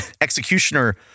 executioner